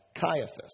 Caiaphas